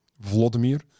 Vladimir